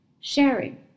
sharing